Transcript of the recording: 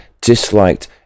disliked